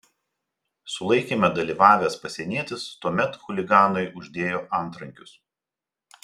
sulaikyme dalyvavęs pasienietis tuomet chuliganui uždėjo antrankius